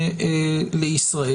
הנכנסים לישראל.